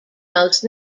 most